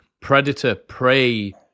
predator-prey